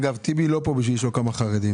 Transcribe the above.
אגב, טיבי לא פה בשביל לשאול כמה חרדים.